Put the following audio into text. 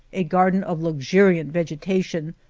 a garden of luxuriant vegetation,